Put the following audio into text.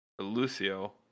Lucio